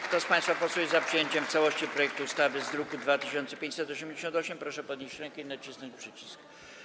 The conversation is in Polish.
Kto z państwa posłów jest za przyjęciem w całości projektu ustawy z druku nr 2588, proszę podnieść rękę i nacisnąć przycisk.